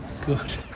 Good